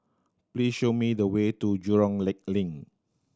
please show me the way to Jurong Lake Link